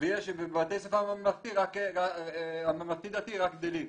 ובתי הספר הממלכתי-דתי רק גדלים.